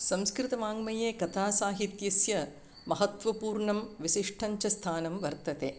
संस्कृतवाङ्मये कथासाहित्यस्य महत्वपूर्णं विशिष्टञ्च स्थानं वर्तते